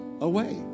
away